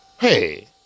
Hey